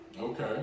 Okay